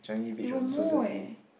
it will mold eh